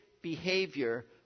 behavior